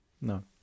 No